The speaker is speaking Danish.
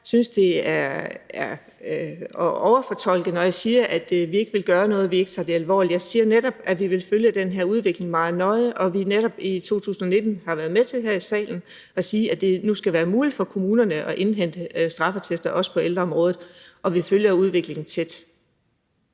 jeg synes, det er at overfortolke det, når man siger, at vi ikke vil gøre noget, at vi ikke tager det alvorligt. Jeg siger netop, at vi vil følge den her udvikling meget nøje, og at vi i 2019 har været med til her i salen at sige, at det nu skal være muligt for kommunerne at indhente straffeattester også på ældreområdet – vi følger udviklingen tæt.